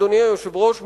אדוני היושב-ראש,